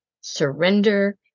surrender